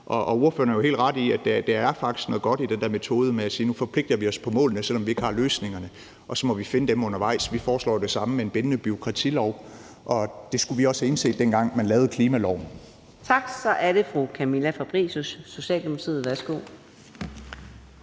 Og ordføreren har jo helt ret i, at der faktisk er noget godt i den der metode med at sige: Nu forpligter vi os på målene, selv om vi ikke har løsningerne, og så må vi finde dem undervejs. Vi foreslår det samme med en bindende bureaukratilov, og det skulle vi også have indset, dengang man lavede klimaloven. Kl. 15:30 Fjerde næstformand (Karina Adsbøl): Tak. Så det er fru Camilla Fabricius, Socialdemokratiet. Værsgo.